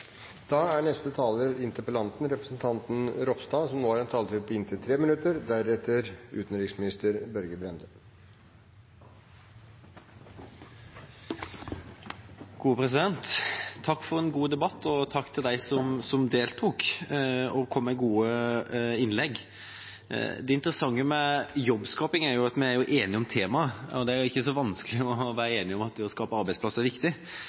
Takk for en god debatt. Takk til dem som deltok og kom med gode innlegg. Det interessante med jobbskaping er jo at vi er enige om teamet. Det er ikke så vanskelig å være enige om at det å skape arbeidsplasser er viktig,